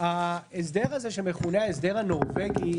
ההסדר הזה שמכונה "ההסדר הנורבגי",